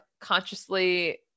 consciously